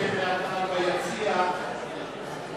ו-1234,